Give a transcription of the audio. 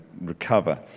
recover